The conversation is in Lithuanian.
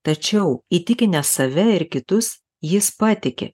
tačiau įtikinęs save ir kitus jis patiki